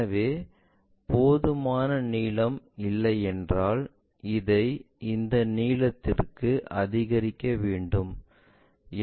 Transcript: எனவே போதுமான நீளம் இல்லையென்றால் அதைக் இந்த நீளத்திற்கு அதிகரிக்க வேண்டும்